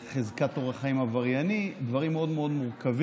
חזקת אורח חיים עברייני, דברים מאוד מאוד מורכבים,